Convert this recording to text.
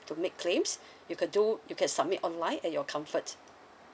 to make claims you could do you can submit online at your comfort